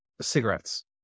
Cigarettes